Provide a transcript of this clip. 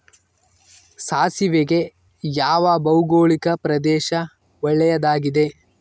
ಸಾಸಿವೆಗೆ ಯಾವ ಭೌಗೋಳಿಕ ಪ್ರದೇಶ ಒಳ್ಳೆಯದಾಗಿದೆ?